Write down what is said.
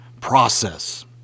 process